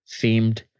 themed